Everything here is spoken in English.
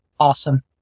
Awesome